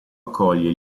accoglie